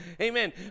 amen